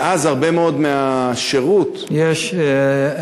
ואז, הרבה מאוד מהשירות, יש הרבה.